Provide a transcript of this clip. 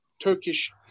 Turkish